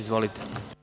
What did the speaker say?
Izvolite.